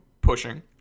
pushing